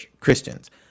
Christians